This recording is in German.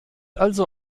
also